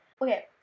Okay